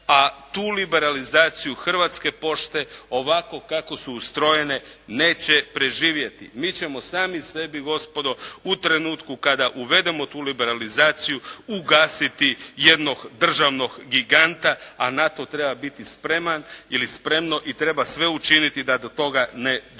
a tu liberalizaciju Hrvatske pošte ovako kako su ustrojene neće preživjeti. Mi ćemo sami sebi gospodo u trenutku kada uvedemo tu liberalizaciju ugasiti jednog državnog giganta, a na to treba biti spreman ili spremno i treba sve učiniti da do toga ne dođe.